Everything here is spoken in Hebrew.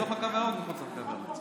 בתוך הקו הירוק ומחוץ לקו הירוק.